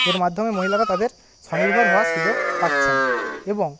এর মাধ্যমে মহিলারা তাদের স্বনির্ভর হওয়ার সুযোগ পাচ্ছেন এবং